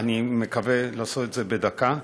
ואני מקווה לעשות את זה בדקה,